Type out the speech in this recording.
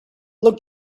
look